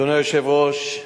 אדוני היושב-ראש,